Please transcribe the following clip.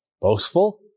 Boastful